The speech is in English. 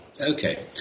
okay